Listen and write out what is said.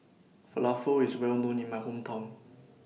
Falafel IS Well known in My Hometown